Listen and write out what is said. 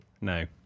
No